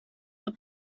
were